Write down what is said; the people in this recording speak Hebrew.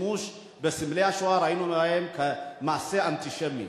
מעשה אנטישמי.